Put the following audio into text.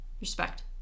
respect